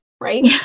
right